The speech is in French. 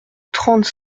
trente